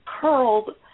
curled